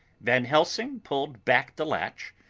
van helsing pulled back the latch,